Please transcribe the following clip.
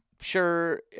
Sure